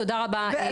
תודה רבה אימאן.